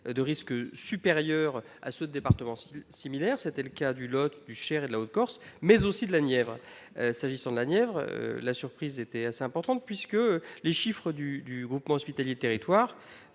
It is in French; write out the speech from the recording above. de risques supérieurs à ceux de départements similaires. C'était notamment le cas du Lot, du Cher et de la Haute-Corse, mais aussi de la Nièvre. S'agissant de ce dernier département, la surprise fut importante, car les chiffres du groupement hospitalier de territoire